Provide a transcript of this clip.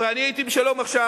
אני הייתי ב"שלום עכשיו",